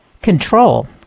Control